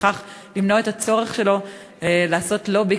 ובכך למנוע את הצורך שלו לעשות לובי,